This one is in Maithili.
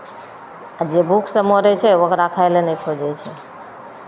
आ जे भूखसँ मरै छै ओकरा खाय लए नहि खोजै छै